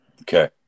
Okay